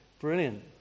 Brilliant